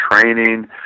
training